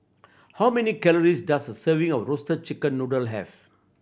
how many calories does a serving of Roasted Chicken Noodle have